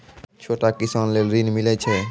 छोटा किसान लेल ॠन मिलय छै?